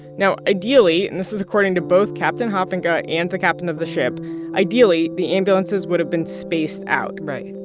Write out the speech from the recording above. now, ideally and this is according to both captain hofinga and the captain of the ship ideally, the ambulances would have been spaced out. right.